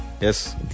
Yes